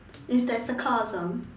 is that sarcasm